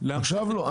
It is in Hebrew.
לעכשיו לא,